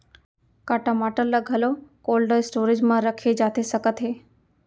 का टमाटर ला घलव कोल्ड स्टोरेज मा रखे जाथे सकत हे?